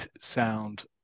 sound